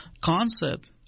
concept